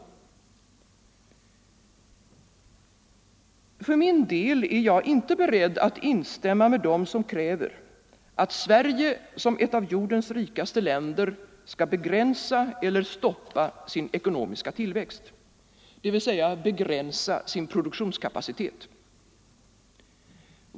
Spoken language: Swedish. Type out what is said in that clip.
För min del är jag inte beredd att instämma med dem som kräver att Sverige som ett av jordens rikaste länder skall begränsa eller stoppa sin ekonomiska tillväxt, dvs. sin produktionskapacitet.